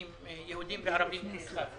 תלמידים יהודים וערבים כאחד,